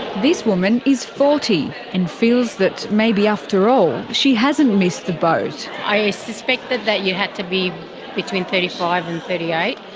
this woman is forty, and feels that maybe after all she hasn't missed the boat. i suspected that you had to be between thirty five and thirty eight.